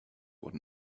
what